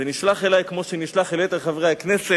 זה נשלח אלי כמו שנשלח אל יתר חברי הכנסת.